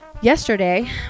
Yesterday